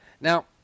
Now